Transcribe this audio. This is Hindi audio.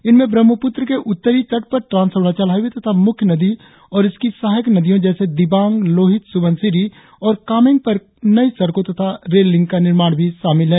इनमें ब्रह्मपुत्र के उत्तरी तट पर ट्रांस अरुणाचल हाईवे तथा मुख्य नदी और इसकी सहायक नदियों जैसे दिबांग लोहित सुबनसिरी और कामेंग पर नई सड़कों तथा रेल लिंक का निर्माण भी शामिल है